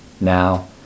now